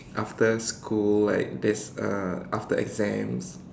after school like there's uh after exams